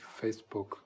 Facebook